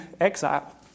exile